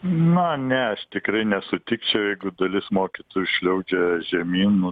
na ne aš tikrai nesutikčiau jeigu dalis mokytojų šliaužia žemyn nu